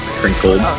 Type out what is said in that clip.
crinkled